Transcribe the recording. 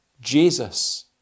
Jesus